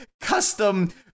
custom